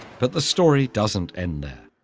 but the story doesn't end there.